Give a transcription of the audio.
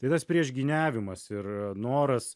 tai tas priešgyniavimas ir noras